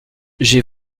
j’ai